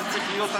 זה צריך להיות?